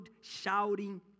shouting